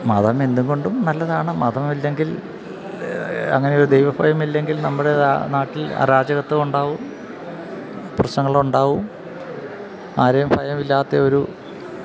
മതം എന്തുകൊണ്ടും നല്ലതാണ് മതമില്ലെങ്കിൽ അങ്ങനെയൊരു ദൈവഭയമില്ലെങ്കിൽ നമ്മുടെ നാട്ടിൽ അരാജകത്വമുണ്ടാകും പ്രശ്നങ്ങളുണ്ടാകും ആരെയും ഭയമില്ലാത്ത ഒരു